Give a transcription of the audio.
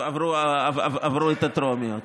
אלה שעברו את הטרומיות.